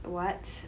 what